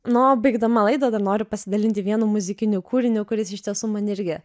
na o baigdama laidą dar noriu pasidalinti vienu muzikiniu kūriniu kuris iš tiesų man irgi